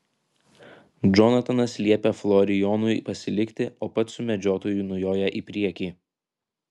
džonatanas liepia florijonui pasilikti o pats su medžiotoju nujoja į priekį